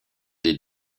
des